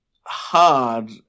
hard